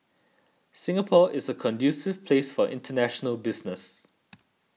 Singapore is a conducive place for international business